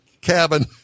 cabin